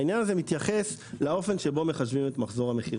העניין הזה מתייחס לאופן שבו מחשבים את מחזור המכירות.